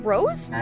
Rose